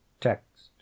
text